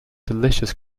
delicious